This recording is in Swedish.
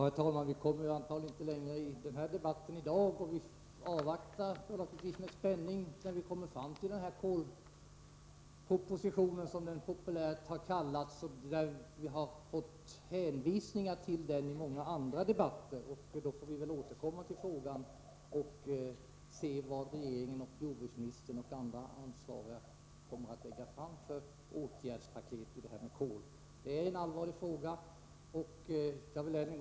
Stora Kopparberg och Swedish Match har inlett förhandlingar i avsikt att bilda ett gemensamt stort bolag för tillverkning av fönster. Det nya bolaget skall från det statligt ägda ASSI få överta ETRI-gruppen och från Stora Kopparberg SP-gruppen. Swedish Match har redan i dag genom heleller delägarskap en dominerande ställning när det gäller tillverkning av t.ex. dörrar och skåp.